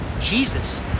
Jesus